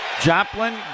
Joplin